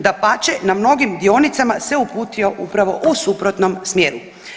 Dapače, na mnogim dionicama se uputio upravo u suprotnom smjeru.